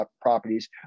properties